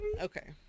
Okay